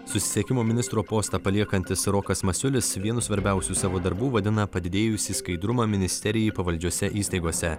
susisiekimo ministro postą paliekantis rokas masiulis vienu svarbiausių savo darbų vadina padidėjusį skaidrumą ministerijai pavaldžiose įstaigose